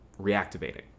reactivating